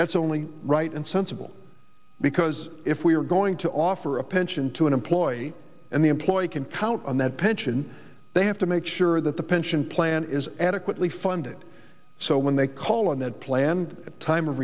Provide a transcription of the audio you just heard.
that's only right and sensible because if we're going to offer a pension to an employee and the employee can count on that pension they have to make sure that the pension plan is adequately funded so when they call on that plan a time of